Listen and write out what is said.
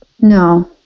no